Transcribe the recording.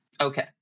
Okay